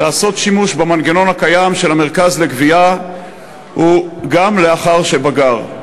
להשתמש במנגנון הקיים של המרכז לגבייה גם לאחר שבגר,